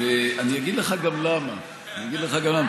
ואני אגיד לך גם למה, אני אגיד לך גם למה.